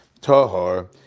Tahar